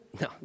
No